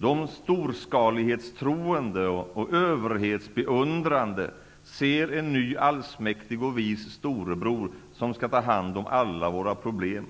De storskalighetstroende och överhetsbeundrande ser en ny allsmäktig och vis storebror som skall ta hand om alla våra problem